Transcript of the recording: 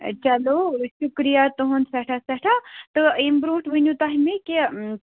چلوٗ شُکریہ تُہُنٛد سٮ۪ٹھاہ سٮ۪ٹھاہ تہٕ اَمہِ برٛونٛٹھ ؤنِو تۄہہِ مےٚ کہِ